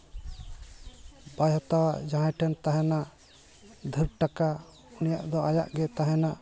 ᱵᱟᱭ ᱦᱟᱛᱟᱣᱟ ᱡᱟᱦᱟᱸᱭ ᱴᱷᱮᱱ ᱛᱟᱦᱮᱱᱟ ᱰᱷᱮᱹᱨ ᱴᱟᱠᱟ ᱩᱱᱤᱭᱟᱜ ᱫᱚ ᱟᱭᱟᱜ ᱜᱮ ᱛᱟᱦᱮᱱᱟ